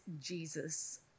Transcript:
Jesus